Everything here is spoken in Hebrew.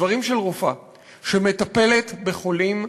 דברים של רופאה שמטפלת בחולים,